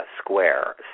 Square